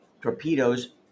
Torpedoes